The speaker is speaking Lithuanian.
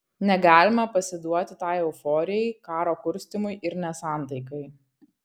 negalima pasiduoti tai euforijai karo kurstymui ir nesantaikai